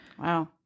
Wow